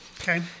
Okay